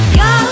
go